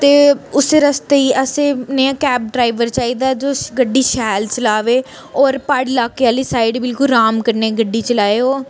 ते उस रास्ते असें नेहा कैब ड्राइवर चाहिदा जो गड्डी शैल चलावे होर प्हाड़ी लाके आह्ली साइड बिलकुल अराम कन्नै गड्डी चलाए ओह्